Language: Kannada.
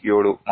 7 ಮಾತ್ರ